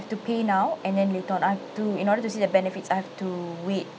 to pay now and then later on I've to in order to see the benefits I have to wait